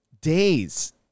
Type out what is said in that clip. days